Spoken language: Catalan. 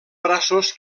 braços